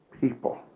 people